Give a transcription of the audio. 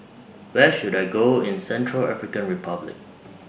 Where should I Go in Central African Republic